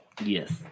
Yes